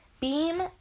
Beam